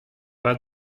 pas